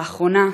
לאחרונה,